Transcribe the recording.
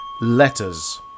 letters